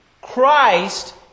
Christ